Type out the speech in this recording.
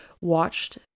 watched